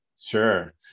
Sure